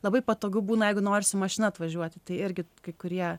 labai patogu būna jeigu nori su mašina atvažiuoti tai irgi kai kurie